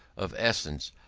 of essence,